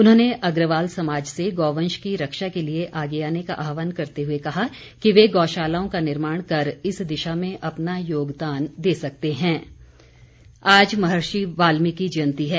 उन्होंने अग्रवाल समाज से गौवंश की रक्षा के लिए आगे आने का आह्वान करते हए कहा कि वे गौशालाओं का निर्माण कर इस दिशा में अपना योगदान दे सकते हैं वाल्मीकि जयंती आज महर्षि वाल्मीकि जयंती है